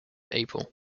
april